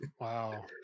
Wow